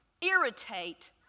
irritate